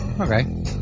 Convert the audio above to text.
Okay